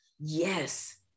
Yes